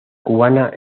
cubana